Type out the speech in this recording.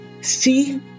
See